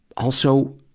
also